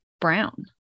brown